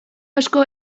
asko